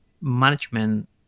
management